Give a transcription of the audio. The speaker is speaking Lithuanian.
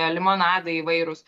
limonadai įvairūs